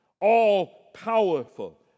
all-powerful